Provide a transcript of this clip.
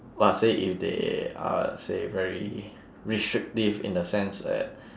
but say if they are say very restrictive in the sense that